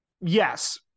Yes